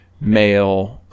male